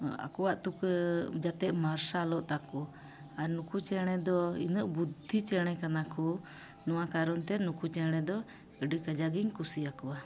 ᱟᱠᱚᱣᱟᱜ ᱛᱩᱠᱟᱹ ᱡᱟᱛᱮ ᱢᱟᱨᱥᱟᱞᱚᱜ ᱛᱟᱠᱚ ᱟᱨ ᱱᱩᱠᱩ ᱪᱮᱬᱮ ᱫᱚ ᱤᱱᱟᱹᱜ ᱵᱩᱫᱽᱫᱷᱤ ᱪᱮᱬᱮ ᱠᱟᱱᱟ ᱠᱚ ᱱᱚᱣᱟ ᱠᱟᱨᱚᱱ ᱛᱮ ᱱᱩᱠᱩ ᱪᱮᱬᱮ ᱫᱚ ᱟᱹᱰᱤ ᱠᱟᱡᱟᱠᱤᱧ ᱠᱩᱥᱤᱭᱟᱠᱚᱣᱟ